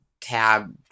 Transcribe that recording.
tab